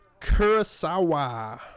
Kurosawa